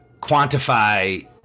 quantify